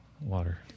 water